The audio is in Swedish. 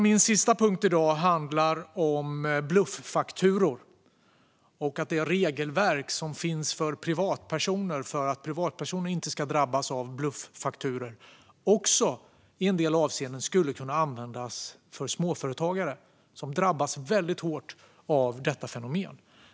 Min sista punkt i dag handlar om bluffakturor och att det regelverk som finns för att privatpersoner inte ska drabbas av bluffakturor också i en del avseenden skulle kunna användas för småföretagare som drabbas väldigt hårt av detta fenomen.